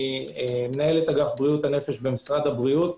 מנהלת אגף בריאות הנפש במשרד הבריאות,